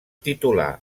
titulà